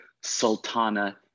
Sultana